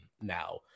now